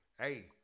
Hey